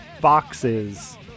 boxes